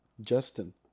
Justin